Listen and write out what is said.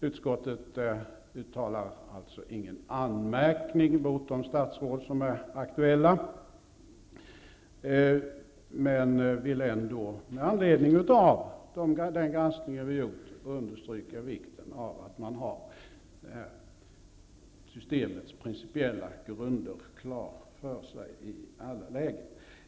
Utskottet uttalar alltså inte någon anmärkning mot de aktuella statsråden, men med anledning av vår granskning vill vi understryka vikten av att man har systemets principiella grunder klara för sig i alla lägen.